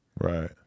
Right